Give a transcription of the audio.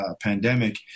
pandemic